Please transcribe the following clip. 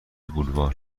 بلوار